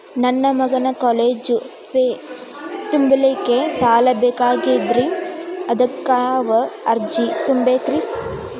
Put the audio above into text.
ನನ್ನ ಮಗನ college fee ತುಂಬಲಿಕ್ಕೆ ಸಾಲ ಬೇಕಾಗೆದ್ರಿ ಅದಕ್ಯಾವ ಅರ್ಜಿ ತುಂಬೇಕ್ರಿ?